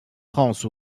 france